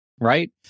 right